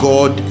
God